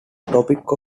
topic